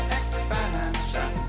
expansion